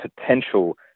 potential